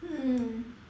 mm